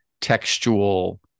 textual